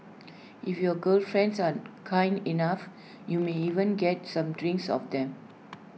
if your girl friends are kind enough you may even get some drinks off them